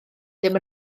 ddim